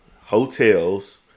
hotels